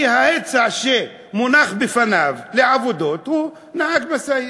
כי היצע העבודה שמונח בפניו הוא נהג משאית.